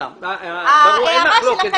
תמשיך.